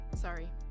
sorry